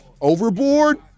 overboard